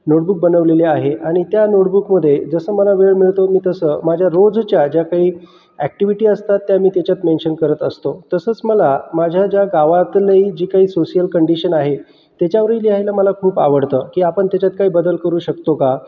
notebook बनवलेली आहे आणि त्या नोटबुकमध्ये जसं मला वेळ मिळतो मी तसं माझ्या रोजच्या ज्या काही ऍक्टिव्हिटी असतात त्या मी त्याच्यात मेन्शन करत असतो तसंच मला माझ्या ज्या गावातली जी काही सोशियल कंडिशन आहे त्याच्यावरही लिहायला मला खूप आवडतं की आपण काय त्याच्यात बदल करू शकतो का